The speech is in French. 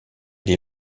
des